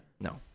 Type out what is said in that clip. No